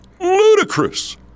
ludicrous